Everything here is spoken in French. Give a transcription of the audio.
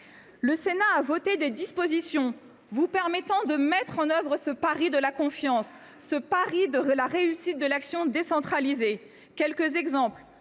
Le Sénat a voté des dispositions vous permettant de mettre en œuvre ce « pari de la confiance », ce pari de la réussite de l’action décentralisée. Permettez moi